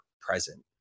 present